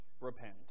Repent